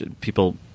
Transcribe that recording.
people